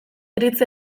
iritzi